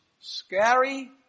scary